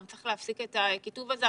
גם צריך להפסיק את הקיטוב הזה.